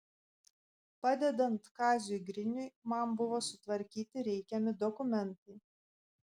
padedant kaziui griniui man buvo sutvarkyti reikiami dokumentai